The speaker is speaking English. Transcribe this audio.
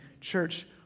Church